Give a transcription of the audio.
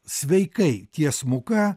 sveikai tiesmuka